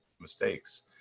mistakes